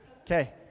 okay